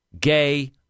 gay